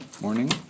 morning